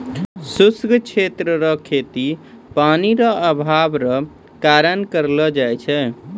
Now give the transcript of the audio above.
शुष्क क्षेत्र रो खेती पानी रो अभाव रो कारण करलो जाय छै